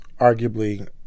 arguably